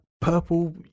purple